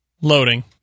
Loading